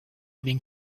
been